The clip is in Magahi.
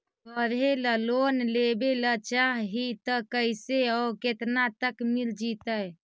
पढ़े ल लोन लेबे ल चाह ही त कैसे औ केतना तक मिल जितै?